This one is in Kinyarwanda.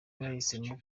bahisemo